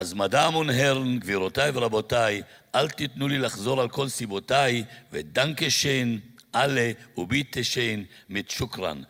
אז מאדאם אונד הרן, גבירותיי ורבותיי, אל תתנו לי לחזור על כל סיבותיי, ודנקה שן, אלה וביטה שן, מיט שוקרן.